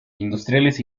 industriales